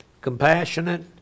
Compassionate